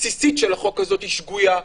הבסיסית של החוק הזה היא שגויה.